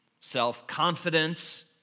self-confidence